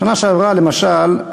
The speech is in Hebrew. בשנה שעברה, למשל,